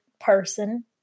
person